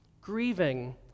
grieving